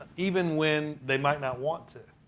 even when they might not want to.